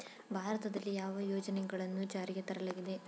ಭಾರತದಲ್ಲಿ ಯಾವ ಯೋಜನೆಗಳನ್ನು ಜಾರಿಗೆ ತರಲಾಗಿದೆ?